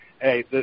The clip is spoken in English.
hey